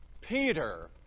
Peter